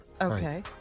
okay